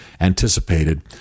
anticipated